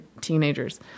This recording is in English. teenagers